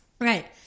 Right